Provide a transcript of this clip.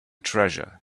treasure